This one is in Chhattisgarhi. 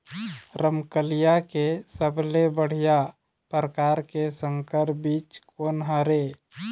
रमकलिया के सबले बढ़िया परकार के संकर बीज कोन हर ये?